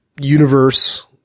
Universe